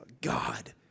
God